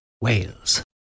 Wales